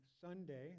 Sunday